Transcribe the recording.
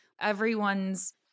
everyone's